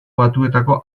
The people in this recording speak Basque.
batuetako